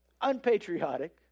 unpatriotic